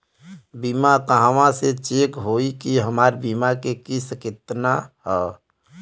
बीमा कहवा से चेक होयी की हमार बीमा के किस्त केतना ह?